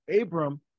Abram